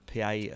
pa